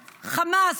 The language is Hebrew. חמס,